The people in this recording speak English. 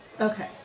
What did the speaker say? okay